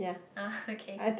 uh okay